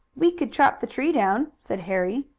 we could chop the tree down, said harry.